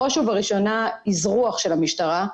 בראש ובראשונה אזרוח של המשטרה,